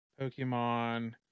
Pokemon